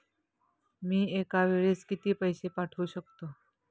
मी एका वेळेस किती पैसे पाठवू शकतो?